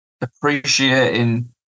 Appreciating